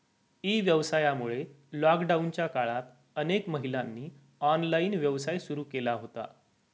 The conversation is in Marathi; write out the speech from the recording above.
ई व्यवसायामुळे लॉकडाऊनच्या काळात अनेक महिलांनी ऑनलाइन व्यवसाय सुरू केला होता